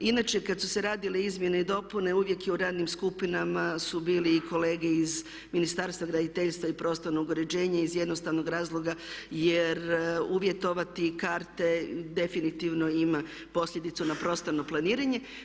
Inače kad su se radile izmjene i dopune uvijek je u radnim skupinama su bili i kolege iz Ministarstava graditeljstva i prostornog uređenja iz jednostavnog razloga jer uvjetovati karte definitivno ima posljedicu na prostorno planiranje.